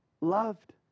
Loved